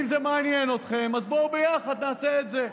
אם זה מעניין אתכם, אז בואו ביחד נעשה את זה.